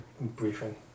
briefing